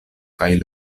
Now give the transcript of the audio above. kaj